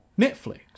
Netflix